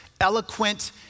eloquent